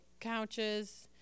couches